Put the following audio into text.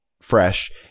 fresh